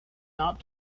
not